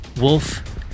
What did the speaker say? wolf